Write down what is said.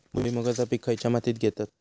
भुईमुगाचा पीक खयच्या मातीत घेतत?